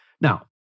Now